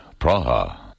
Praha